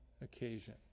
occasion